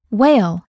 Whale